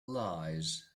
lies